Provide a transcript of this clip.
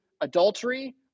adultery